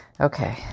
okay